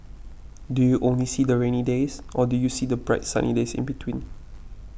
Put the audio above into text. do you only see the rainy days or do you see the bright sunny days in between